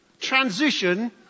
transition